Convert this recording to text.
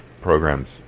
programs